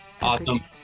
awesome